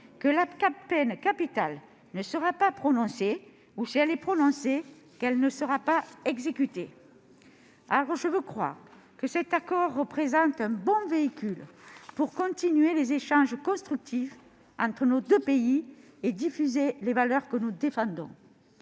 que la peine capitale ne sera pas prononcée ou, si elle est prononcée, qu'elle ne sera pas exécutée. » Je veux croire que cet accord représente un bon véhicule pour continuer les échanges constructifs entre nos deux pays et diffuser les valeurs que nous défendons.